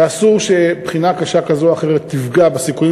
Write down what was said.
ואסור שבחינה קשה כזו או אחרת תפגע בסיכויים